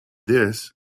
this